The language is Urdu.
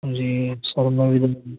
جی سر میں بھی درد